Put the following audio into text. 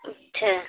अच्छा